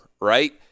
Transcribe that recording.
right